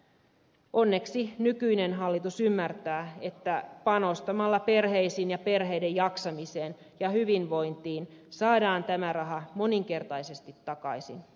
onneksi nykyinen hallitus ymmärtää että panostamalla perheisiin ja perheiden jaksamiseen ja hyvinvointiin saadaan tämä raha moninkertaisesti takaisin